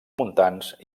montans